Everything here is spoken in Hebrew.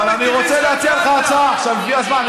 אבל אני רוצה להציע לך הצעה, עכשיו, לפי הזמן.